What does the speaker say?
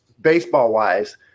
baseball-wise